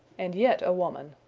and yet a woman.